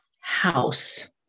house